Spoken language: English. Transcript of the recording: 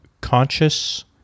conscious